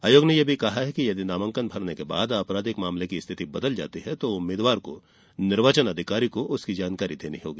आयोग ने ये भी कहा कि यदि नामांकन भरने के बाद आपराधिक मामले की स्थिति बदल जाती है तो उम्मीदवार को निर्वाचन अधिकारी को उसकी जानकारी देनी होगी